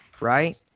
right